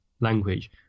language